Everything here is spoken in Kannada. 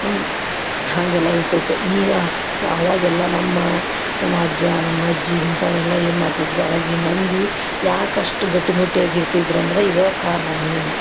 ಹಂಗೆಲ್ಲ ಇರ್ತೈತಿ ಈಗ ಅವಾಗೆಲ್ಲ ನಮ್ಮ ನಮ್ಮ ಅಜ್ಜ ನಮ್ಮ ಅಜ್ಜಿ ಇಂಥವ್ರೆಲ್ಲ ಏನು ಮಾಡ್ತಿದ್ದರು ಅವಾಗಿನ ಮಂದಿ ಯಾಕೆ ಅಷ್ಟು ಗಟ್ಟಿಮುಟ್ಟಿಯಾಗ ಇರ್ತಿದ್ರಂದ್ರೆ ಇದು ಕಾರಣ ಮೇಯ್ನು